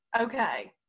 Okay